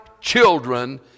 children